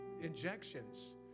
injections